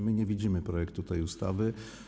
My nie widzimy projektu tej ustawy.